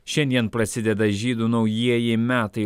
šiandien prasideda žydų naujieji metai